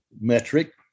metric